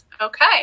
Okay